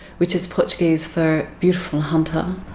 which is portuguese for beautiful hunter.